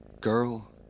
Girl